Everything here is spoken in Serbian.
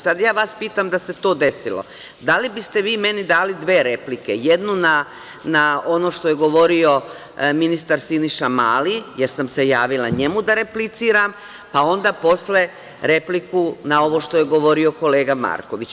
Sad ja vas pitam da se to desilo, da li biste vi meni dali dve replike, jednu na ono što je govorio ministar Siniša Mali, jer sam se javila njemu da repliciram, pa onda posle repliku na ovo što je govorio kolega Marković?